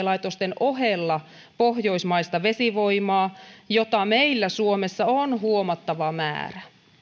laitosten ohella pohjoismaista vesivoimaa jota meillä suomessa on huomattava määrä